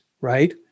right